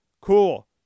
Cool